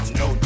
no